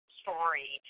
story